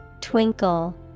Twinkle